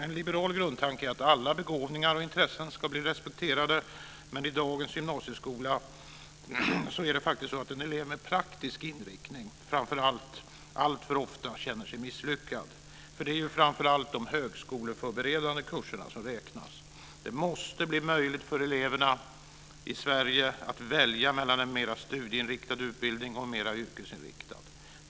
En liberal grundtanke är att alla begåvningar och intressen ska bli respekterade, men i dagens gymnasieskola kan i synnerhet elever med praktisk inriktning alltför ofta känna sig misslyckade. Det är ju framför allt de högskoleförberedande kurserna som räknas. Det måste bli möjligt för elever i Sverige att välja mellan en mer studieinriktad utbildning och en mer yrkesinriktad.